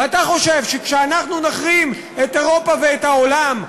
ואתה חושב שכשאנחנו נחרים את אירופה ואת העולם,